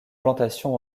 plantations